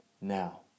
Now